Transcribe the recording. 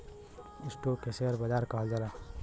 stock के share बाजार कहल जाला